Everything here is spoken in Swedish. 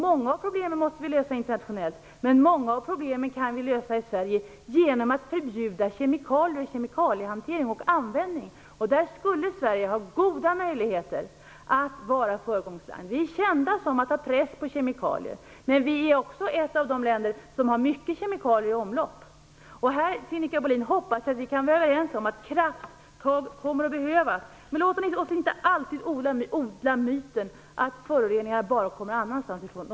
Många av problemen måste vi lösa internationellt, men många av dem kan vi lösa genom att förbjuda kemikalier, kemikaliehantering och kemikalieanvändning i Sverige. Där skulle Sverige ha goda möjligheter att vara ett föregångsland. Vi är kända för att ha press på kemikalier, men vi är också ett av de länder som har mycket kemikalier i omlopp. Här kommer krafttag att behövas - det hoppas jag att vi kan vara överens om, Sinikka Bohlin. Men låt oss inte odla myten att föroreningarna kommer från något annat håll.